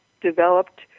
developed